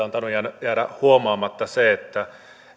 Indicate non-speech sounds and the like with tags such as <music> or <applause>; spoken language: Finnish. <unintelligible> on tainnut jäädä huomaamatta se että